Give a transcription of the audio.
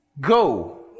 Go